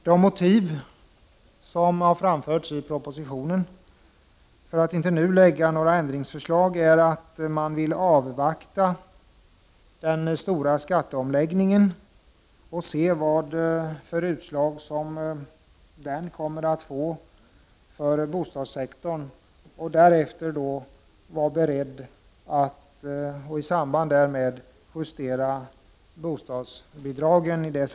De motiv som har framförts i propositionen för att inte nu framlägga några ändringsförslag är att man vill avvakta den stora skatteomläggningen och se vilka utslag den ger på bostadssektorn. Därefter säger man sig vara beredd att justera bostadsbidragens storlek.